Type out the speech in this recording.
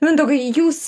mindaugai jūs